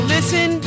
Listen